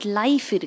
life